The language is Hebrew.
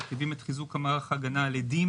מרחיבים את חיזוק מערך ההגנה על עדים